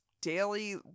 daily